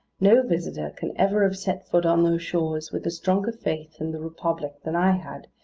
no visitor can ever have set foot on those shores, with a stronger faith in the republic than i had,